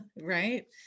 Right